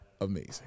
amazing